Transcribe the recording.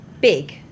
big